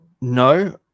No